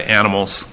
animals